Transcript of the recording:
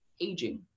aging